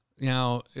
Now